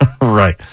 Right